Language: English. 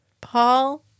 Paul